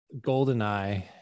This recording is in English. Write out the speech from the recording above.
GoldenEye